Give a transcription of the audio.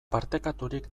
partekaturik